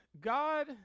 God